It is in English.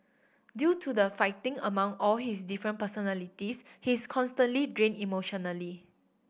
due to the fighting among all his different personalities he's constantly drained emotionally